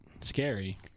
scary